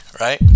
right